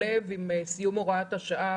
להגיד איך זה בכלל משתלב עם סיום הוראת השעה